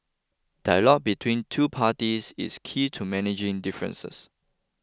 dialogue between two parties is key to managing differences